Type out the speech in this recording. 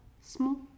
small